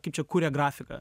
kaip čia kuria grafiką